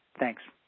thanks.